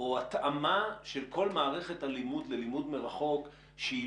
או התאמה של כל מערכת הלימוד ללימוד מרחוק שהיא